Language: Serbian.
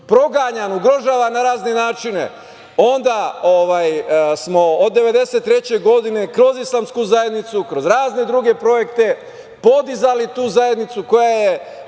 proganjan, ugrožavan na razne načine, onda smo od 1993. godine kroz Islamsku zajednicu, kroz razne druge projekte podizali tu zajednicu koja je